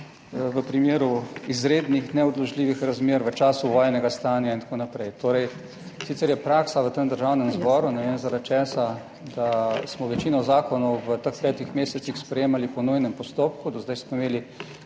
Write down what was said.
v primeru izrednih, neodložljivih razmer, v času vojnega stanja in tako naprej. Torej sicer je praksa v tem Državnem zboru, ne vem zaradi česa, da smo večino zakonov v teh petih mesecih sprejemali po nujnem postopku, do zdaj smo imeli,